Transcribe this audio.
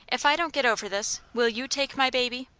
if i don't get over this, will you take my baby?